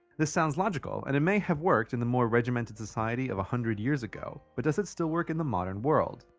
this sounds logical, and it may have worked back in the more regimented society of a hundred years ago, but does it still work in the modern world?